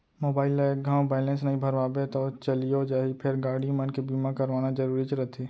mobile ल एक घौं बैलेंस नइ भरवाबे तौ चलियो जाही फेर गाड़ी मन के बीमा करवाना जरूरीच रथे